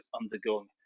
undergoing